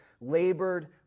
labored